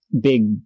big